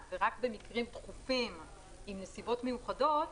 ורק במקרים דחופים בנסיבות מיוחדות,